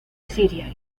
siria